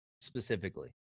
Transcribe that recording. specifically